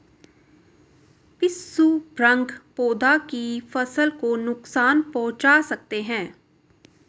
पिस्सू भृंग पौधे की फसल को नुकसान पहुंचा सकते हैं